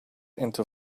into